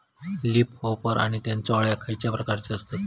Leaf होपर व त्यानचो अळ्या खैचे रंगाचे असतत?